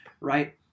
right